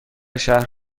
شهر